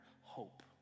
hope